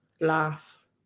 Laugh